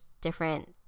different